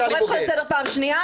אני קוראת אותך לסדר פעם שנייה,